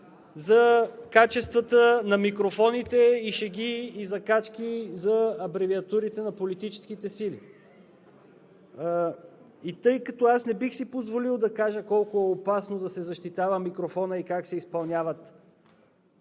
за качествата на микрофоните, шеги и закачки за абревиатурите на политическите сили. Тъй като аз не бих си позволил – колко опасно е да се защитава микрофонът и как се изпълняват